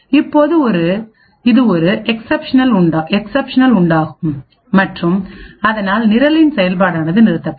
இப்போது இது ஒரு எக்சப்ஷனல் உண்டாகும் மற்றும் அதனால் நிரலின் செயல்பாடானது நிறுத்தப்படும்